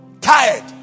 tired